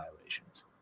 violations